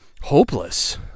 hopeless